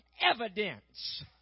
evidence